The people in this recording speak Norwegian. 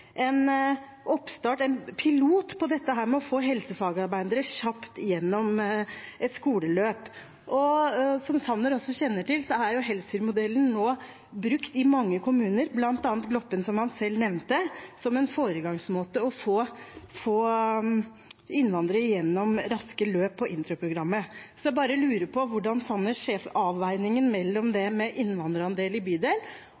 en oppstart, en pilot, for å få helsefagarbeidere kjapt gjennom et skoleløp. Som Sanner også kjenner til, er Helsfyr-modellen brukt i mange kommuner – bl.a. Gloppen, som han selv nevnte – som en foregangsmåte for å få innvandrere gjennom raske løp i introprogrammet. Jeg lurer på hvordan